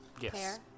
Yes